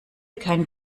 kein